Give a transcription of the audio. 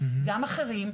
גם אחרים,